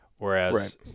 Whereas